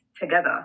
together